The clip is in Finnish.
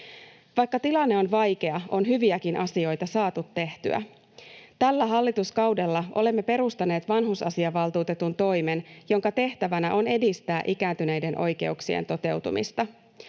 Vaikka tilanne on vaikea, on hyviäkin asioita saatu tehtyä. Tällä hallituskaudella olemme perustaneet vanhusasiavaltuutetun toimen, jonka tehtävänä on edistää ikääntyneiden oikeuksien toteutumista.